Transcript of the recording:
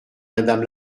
madame